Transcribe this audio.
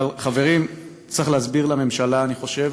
חברים, צריך להסביר לממשלה, אני חושב,